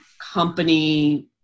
company